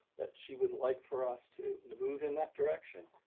that she would like for us to move in that direction,